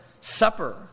Supper